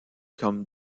comme